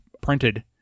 printed